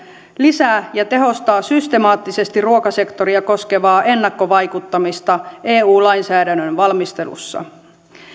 lisää ja tehostaa systemaattisesti ruokasektoria koskevaa ennakkovaikuttamista eu lainsäädännön valmistelussa